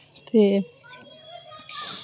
ते